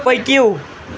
پٔکِو